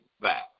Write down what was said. back